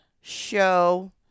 Show